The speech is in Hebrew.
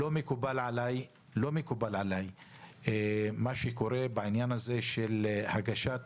לא מקובל עליי מה שקורה בעניין הזה של הגשת